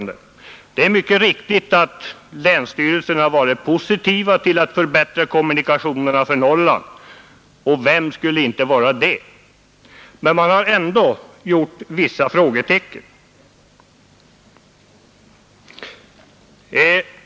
Det är riktigt att länsstyrelserna ställt sig positiva till att förbättra kommunikationerna för Norrland. Vem skulle inte göra det? Men de har ändå gjort vissa reservationer.